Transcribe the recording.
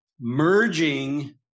merging